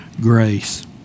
grace